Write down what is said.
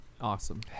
Awesome